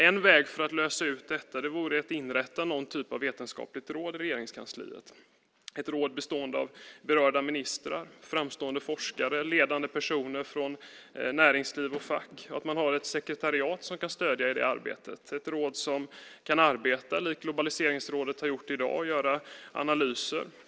En väg för att lösa detta vore att inrätta någon typ av vetenskapligt råd i Regeringskansliet, ett råd bestående av berörda ministrar, framstående forskare, ledande personer från näringsliv och fack och ett sekretariat som kan stödja i det arbetet, ett råd som kan arbeta likt Globaliseringsrådet har gjort och göra analyser.